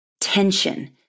tension